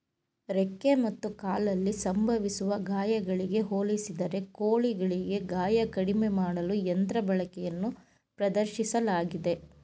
ರೆಕ್ಕೆ ಮತ್ತು ಕಾಲಲ್ಲಿ ಸಂಭವಿಸುವ ಗಾಯಗಳಿಗೆ ಹೋಲಿಸಿದರೆ ಕೋಳಿಗಳಿಗೆ ಗಾಯ ಕಡಿಮೆ ಮಾಡಲು ಯಂತ್ರ ಬಳಕೆಯನ್ನು ಪ್ರದರ್ಶಿಸಲಾಗಿದೆ